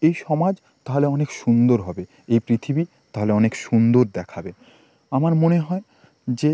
এই সমাজ তাহলে অনেক সুন্দর হবে এই পৃথিবী তাহলে অনেক সুন্দর দেখাবে আমার মনে হয় যে